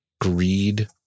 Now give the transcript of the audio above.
greed